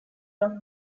rock